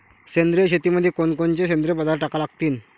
सेंद्रिय शेतीमंदी कोनकोनचे सेंद्रिय पदार्थ टाका लागतीन?